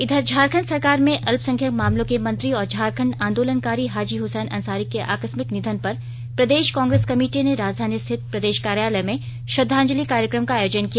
इधर झारखंड सरकार में अल्पसंख्यक मामलों के मंत्री और झारखंड आंदोलनकारी हाजी हसैन अंसारी के आकस्मिक निधन पर प्रदेश कांग्रेस कमेटी ने राजधानी स्थित प्रदेश कार्यालय में श्रद्वांजलि कार्यक्रम का आयोजन किया